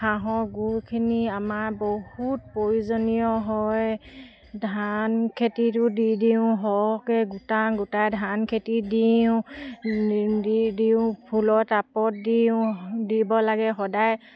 হাঁহৰ গুখিনি আমাৰ বহুত প্ৰয়োজনীয় হয় ধান খেতিটো দি দিওঁ সৰহকৈ গোটাওঁ গোটাই ধান খেতিত দিওঁ দি দিওঁ ফুলৰ টাবত দিওঁ দিব লাগে সদায়